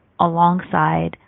alongside